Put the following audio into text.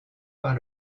par